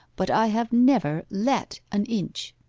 but i have never let an inch